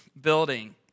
building